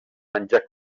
menjar